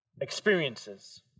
experiences